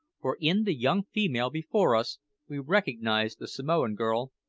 for in the young female before us we recognised the samoan girl,